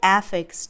affix